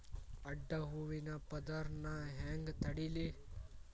ಅಡ್ಡ ಹೂವಿನ ಪದರ್ ನಾ ಹೆಂಗ್ ತಡಿಲಿ?